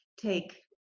take